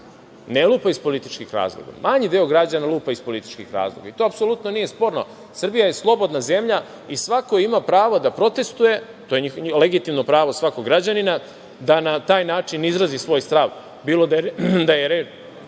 ne lupa iz političkih razloga, manji deo građana lupa iz političkih razloga i to apsolutno nije sporno, Srbija je slobodna zemlja i svako ima pravo da protestvuje, to je legitimno pravo svakog građanina, da na taj način izrazi svoje stav bilo da je